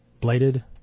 bladed